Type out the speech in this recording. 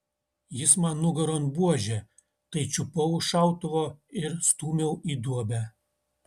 jis man nugaron buože tai čiupau už šautuvo ir stūmiau į duobę